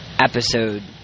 episode